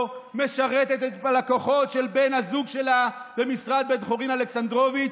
משרתת את הלקוחות של בן הזוג שלה במשרד בן-חורין אלכסנדרוביץ'.